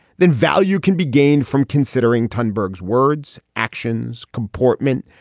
then value can be gained from considering htun berg's words, actions, comportment,